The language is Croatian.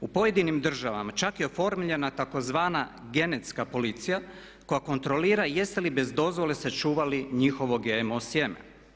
U pojedinim državama čak je oformljena tzv. genetska policija koja kontrolira jeste li bez dozvole sačuvali njihovo GMO sjeme.